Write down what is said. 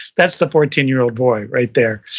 that's the fourteen year old boy right there,